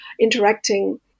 interacting